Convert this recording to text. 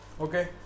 okay